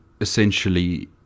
essentially